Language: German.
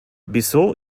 bissau